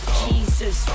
jesus